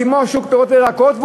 כמו שוק הפירות והירקות,